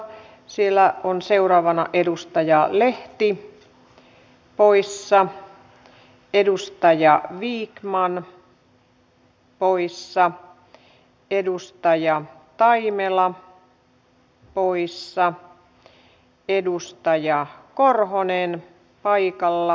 siellä on seuraavana edustaja lehti poissa edustaja vikman poissa edustaja taimela poissa edustaja korhonen paikalla hienoa